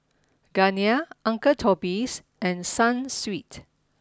Garnier uncle Toby's and Sunsweet